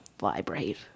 vibrate